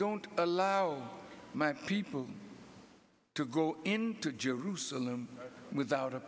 don't allow my people to go into jerusalem without